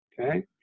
okay